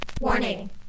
Warning